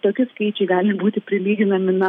toki skaičiai gali būti prilyginami na